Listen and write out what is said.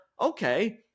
okay